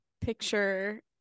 picture